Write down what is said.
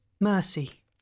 Mercy